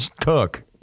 cook